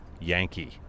Yankee